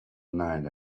night